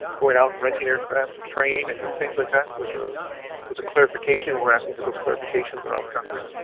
going out and renting aircraft to train and do things like that, was ah was a clarification. we're asking for those clarifications around the country,